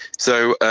so,